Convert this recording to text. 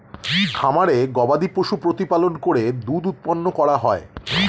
খামারে গবাদিপশু প্রতিপালন করে দুধ উৎপন্ন করা হয়